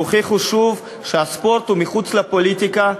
הוכיחו שוב שהספורט הוא מחוץ לפוליטיקה,